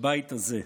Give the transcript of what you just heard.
בבית הזה.